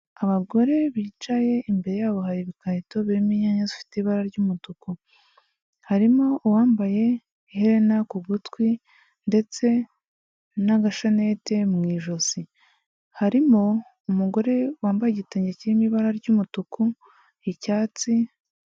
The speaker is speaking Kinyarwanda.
Abagore bicaye imbere yabo hari ibikarito birimo inyanya zifite ibara ry'umutuku, harimo uwambaye iherena ku gutwi ndetse n'agashanete mu ijosi, harimo umugore wambaye igitenge kirimo ibara ry'umutuku, icyatsi.